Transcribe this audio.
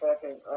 second